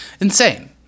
insane